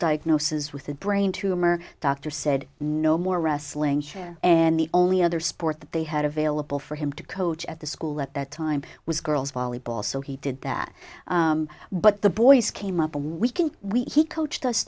diagnosis with a brain tumor doctor said no more wrestling here and the only other sport that they had available for him to coach at the school at that time was girls volleyball so he did that but the boys came up and we can we he coached us